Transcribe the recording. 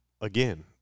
again